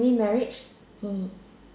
maybe marriage hmm